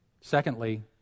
Secondly